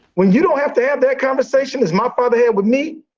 when you don't have to have that conversation as my father had with me,